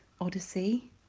odyssey